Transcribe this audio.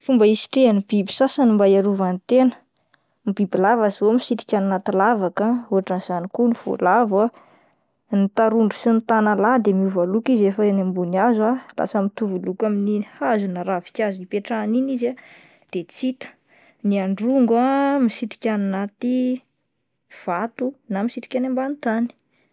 Fomba hisitrihan'ny biby sasany mba hiarovany tena, ny bibilava zao misitrika any anaty lavaka ah, ohatran'izany koa ny voalavo ah, ny tarondro sy ny tanalahy de miova loko izy rehefa eny ambony hazo lasa mitovy loko amin'iny hazo na ravin-kazo hipetrahany iny izy ah de tsy hita, ny androngo ah misitrika any anaty vato na misitrika any ambany tany.